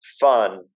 fun